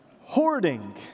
Hoarding